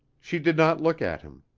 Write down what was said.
she did not look at him.